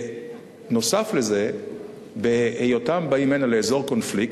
נוסף על זה, בהיותם באים הנה, לאזור קונפליקט,